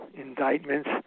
indictments